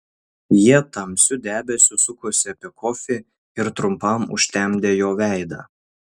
jie tamsiu debesiu sukosi apie kofį ir trumpam užtemdė jo veidą